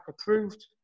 approved